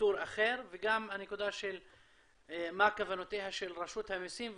שיטור אחר וגם הנקודה של מה כוונותיה של רשות המסים,